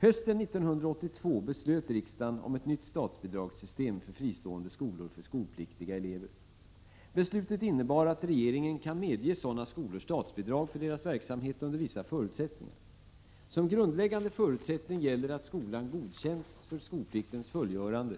Hösten 1982 beslöt riksdagen om ett nytt statsbidragssystem för fristående skolor för skolpliktiga elever. Beslutet innebar att regeringen kan medge sådana skolor statsbidrag för deras verksamhet under vissa förutsättningar. Som grundläggande förutsättning gäller att skolan godkänts för skolpliktens fullgörande